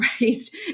raised